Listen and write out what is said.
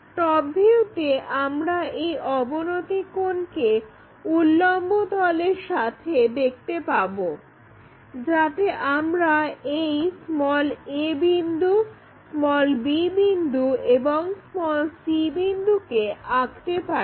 top ভিউতে আমরা এই অবনতি কোণকে উল্লম্ব তলের সাথে দেখতে পাব যাতে আমরা এই a বিন্দু b বিন্দু এবং c বিন্দুকে আঁকতে পারি